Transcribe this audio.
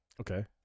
Okay